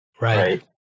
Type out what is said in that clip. right